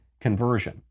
conversion